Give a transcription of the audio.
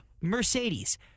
Mercedes